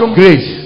grace